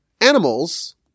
animals